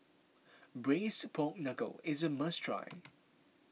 Braised Pork Knuckle is a must try